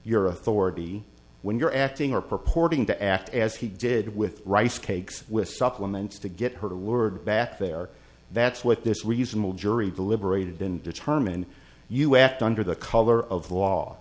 your authority when you're acting or purporting to act as he did with rice cakes with supplements to get her word back there that's what this reasonable jury deliberated and determined you act under the color of